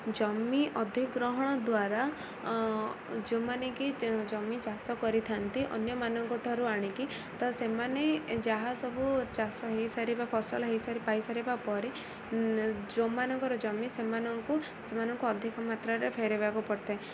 ଜମି ଅଧିଗ୍ରହଣ ଦ୍ୱାରା ଯୋଉମାନେ କି ଜମି ଚାଷ କରିଥାନ୍ତି ଅନ୍ୟମାନଙ୍କ ଠାରୁ ଆଣିକି ତ ସେମାନେ ଯାହା ସବୁ ଚାଷ ହେଇସାରିବା ଫସଲ ହେଇସାରି ପାଇସାରିବା ପରେ ଯୋଉମାନଙ୍କର ଜମି ସେମାନଙ୍କୁ ସେମାନଙ୍କୁ ଅଧିକ ମାତ୍ରାରେ ଫେରେଇବାକୁ ପଡ଼ିଥାଏ